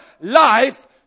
life